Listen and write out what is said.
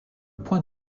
point